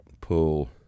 pull